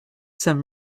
some